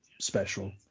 special